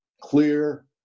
clear